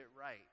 right